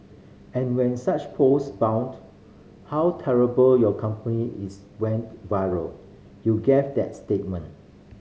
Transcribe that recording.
and when such post bout how terrible your company is went viral you gave that statement